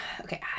Okay